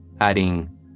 adding